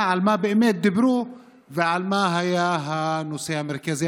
על מה באמת דיברו ומה היה הנושא המרכזי.